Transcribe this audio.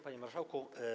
Panie Marszałku!